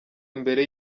imbere